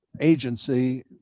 agency